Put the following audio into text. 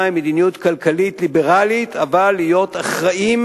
עם מדיניות כלכלית ליברלית אבל להיות אחראיים,